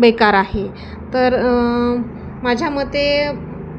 बेकार आहे तर माझ्या मते